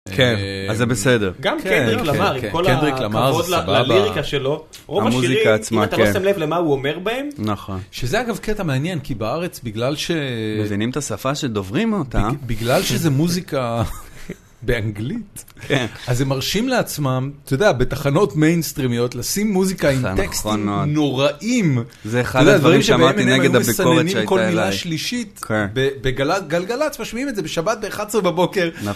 כן, אז זה בסדר. גם קנדריק לאמאר, עם כל הכבוד לליריקה שלו. רוב השירים, אם אתה לא שם לב למה הוא אומר בהם. נכון. שזה אגב קטע מעניין, כי בארץ בגלל ש... מבינים את השפה שדוברים אותה. בגלל שזה מוזיקה באנגלית. כן. אז הם מרשים לעצמם, אתה יודע, בתחנות מיינסטרימיות, לשים מוזיקה עם טקסטים נוראים. זה אחד הדברים ששמעתי נגד הביקורת שהייתה אליי. דברים שבmnm היו מסננים כל מילה שלישית, בגלגלצ משמיעים את זה בשבת ב-11 בבוקר. נכון.